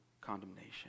condemnation